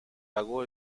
pagó